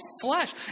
flesh